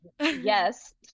yes